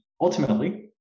ultimately